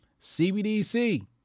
CBDC